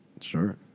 Sure